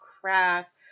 crack